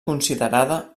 considerada